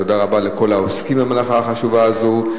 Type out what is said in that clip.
תודה רבה לכל העוסקים במלאכה החשובה הזאת,